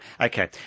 Okay